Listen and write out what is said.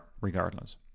regardless